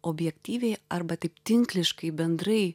objektyviai arba tik tinkliškai bendrai